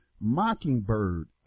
Mockingbird